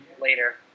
later